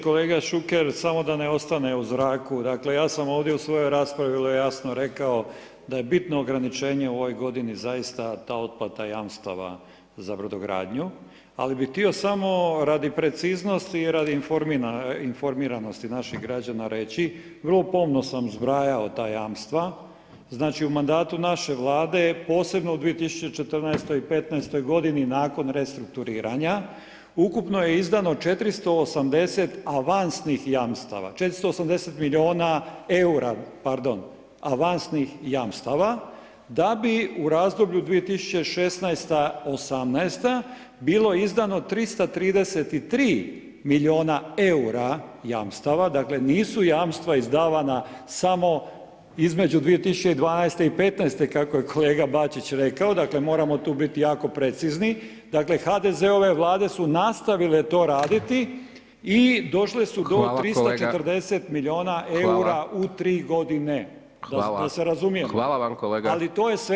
Kolega Šuker samo da ne ostane u zraku, dakle ja sam ovdje u svojoj raspravi vrlo jasno rekao da je bitno ograničenje u ovoj godini, zaista ta otplata jamstava za brodogradnju, ali bih htio samo radi preciznosti i radi informiranosti naših građana reći, vrlo pomno sam zbrajao ta jamstva, znači u Mandatu naše Vlade, posebno u 2014. i '15-oj. godini nakon restrukturiranja, ukupno je izdano 480 avansnih jamstava, 480 milijuna EUR-a, pardon, avansnih jamstava, da bi u razdoblju 2016.-2018. bilo izdano 333 milijuna EUR-a jamstava, dakle, nisu jamstva izdavana samo između 2012.-2015. kako je kolega Bačić rekao, dakle moramo tu biti jako precizni, dakle HDZ-ove vlade su nastavile to raditi i došle su do 340 milijuna EUR-a u tri godine, da se razumijemo, ali to je sve legitimno, da se razumijemo.